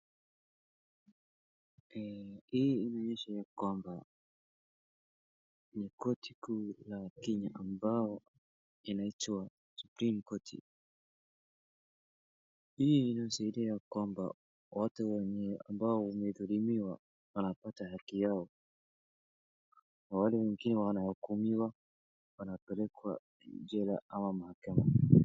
Hii inaonyesha ya kwamba ni koti kuu la kenya ambayo inaitwa supreme court hii inasaidia kwamba watu wenye wamedhulumiwa wanapata haki yao na wale wengine wanahukumiwa wanapelekwa jela ama mahakamani.